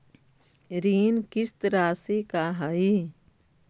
ऋण किस्त रासि का हई?